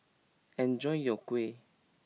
enjoy your Kuih